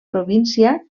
província